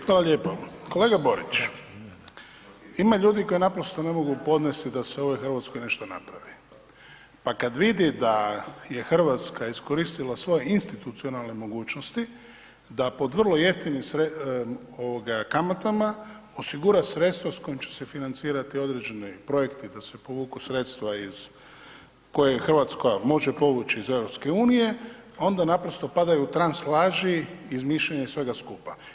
Hvala lijepo, kolega Borić ima ljudi koji naprosto ne mogu podnesti da se u ovoj Hrvatskoj nešto napravi, pa kad vidi da Hrvatska iskoristila svoje institucionalne mogućnosti da pod vrlo jeftinim sredstvima ovoga kamatama osigura sredstva s kojim će se financirati određeni projekti da se povuku sredstva iz, koje Hrvatska može povući iz EU onda naprosto padaju u trans laži izmišljanjem svega skupa.